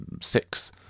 six